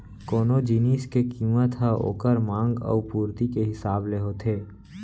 कोनो जिनिस के कीमत हर ओकर मांग अउ पुरती के हिसाब ले होथे